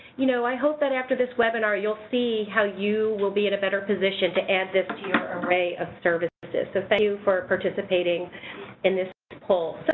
you know i hope that after this webinar you'll see how you will be in a better position to add this to your array of services. thank you for participating in this poll.